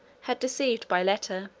had deceived by letter,